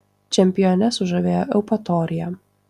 čempionę sužavėjo eupatorija